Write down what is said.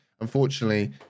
unfortunately